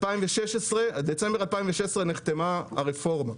בדצמבר 2016 נחתמה הרפורמה.